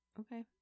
Okay